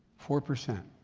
four percent.